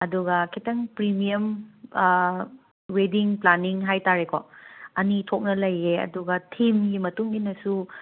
ꯑꯗꯨꯒ ꯈꯤꯇꯪ premium wedding planning ꯍꯥꯏꯇꯥꯔꯦꯀꯣ ꯑꯅꯤ ꯊꯣꯛꯅ ꯂꯩꯌꯦ ꯑꯗꯨꯒ ꯊꯤꯝꯒꯤ ꯃꯇꯨꯡ ꯏꯟꯅꯁꯨ ꯂꯩꯌꯦ